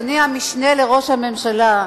אדוני המשנה לראש הממשלה,